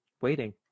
waiting